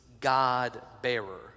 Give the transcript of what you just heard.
God-bearer